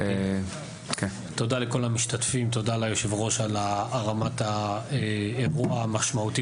תודה לכל המשתתפים תודה ליושב ראש על הרמת האירוע המשמעותי